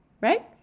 Right